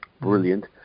Brilliant